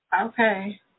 Okay